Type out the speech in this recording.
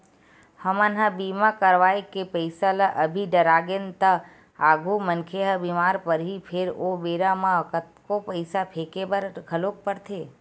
हमन ह बीमा करवाय के पईसा ल अभी डरागेन त आगु मनखे ह बीमार परही फेर ओ बेरा म कतको पईसा फेके बर घलोक परथे